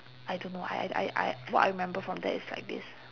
I don't know I I I what I remember from that is like this